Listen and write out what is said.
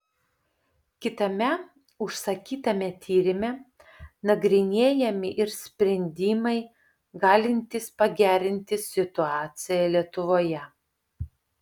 kitame užsakytame tyrime nagrinėjami ir sprendimai galintys pagerinti situaciją lietuvoje